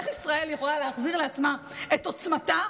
איך ישראל יכולה להחזיר לעצמה את עוצמתה,